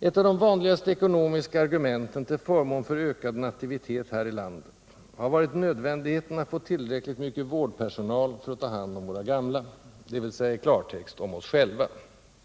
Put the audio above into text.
Ett av de vanligaste ekonomiska argumenten till förmån för en ökad nativitet här i landet har varit nödvändigheten att få tillräckligt med vårdpersonal för att ta hand om våra gamla: dvs. i klartext — oss själva.